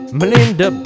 melinda